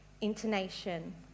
intonation